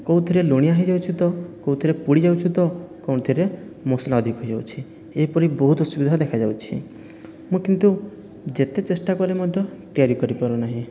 କେଉଁଥିରେ ଲୁଣିଆ ହୋଇଯାଉଛି ତ କେଉଁଥିରେ ପୋଡ଼ିଯାଉଛି ତ କେଉଁଥିରେ ମସଲା ଅଧିକ ହୋଇଯାଉଛି ଏହିପରି ବହୁତ ଅସୁବିଧା ଦେଖାଯାଉଛି ମୁଁ କିନ୍ତୁ ଯେତେ ଚେଷ୍ଟା କଲେ ମଧ୍ୟ ତିଆରି କରି ପାରୁନାହିଁ